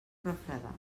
refredar